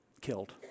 killed